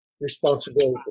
responsibility